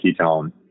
ketone